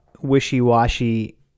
wishy-washy